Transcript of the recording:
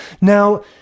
Now